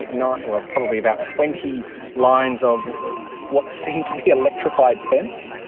eight, nine, well probably about twenty lines of what seem to be electrified fence,